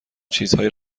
چیزهایی